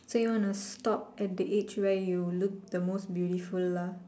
so you wanna stop at the age where you look the most beautiful lah